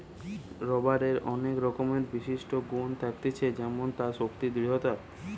রাবারের অনেক রকমের বিশিষ্ট গুন থাকতিছে যেমন তার শক্তি, দৃঢ়তা